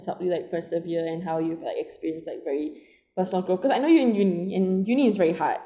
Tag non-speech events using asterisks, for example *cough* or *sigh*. you like persevere and how you like experience like very *breath* I know you in you in in uni is very hard